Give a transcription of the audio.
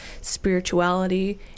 spirituality